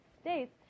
states